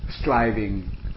striving